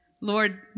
Lord